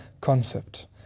concept